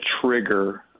trigger